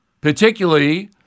particularly